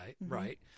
right